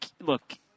look